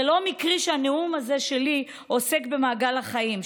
זה לא מקרי שהנאום הזה שלי עוסק במעגל החיים,